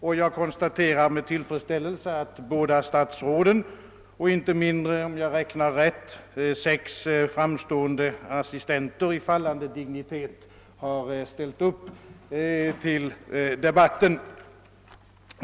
Jag konstaterar med tillfredsställelse att båda statsråden inom departementet och inte mindre än — om jag räknar rätt — sex framstående assistenter i fallande dignitet har ställt upp till debatten.